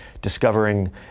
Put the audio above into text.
discovering